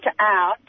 out